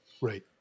Right